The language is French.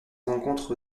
rencontrent